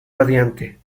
radiante